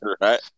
Right